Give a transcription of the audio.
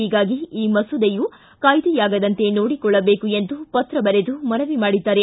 ಹೀಗಾಗಿ ಈ ಮಸೂದೆಯು ಕಾಯ್ದೆಯಾಗದಂತೆ ನೋಡಿಕೊಳ್ಳಬೇಕು ಎಂದು ಪತ್ರ ಬರೆದು ಮನವಿ ಮಾಡಿದ್ದಾರೆ